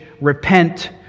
repent